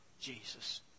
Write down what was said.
Jesus